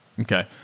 Okay